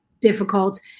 difficult